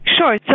Sure